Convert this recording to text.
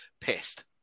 pissed